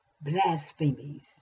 blasphemies